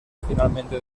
finalmente